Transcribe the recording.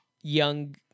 young